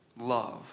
love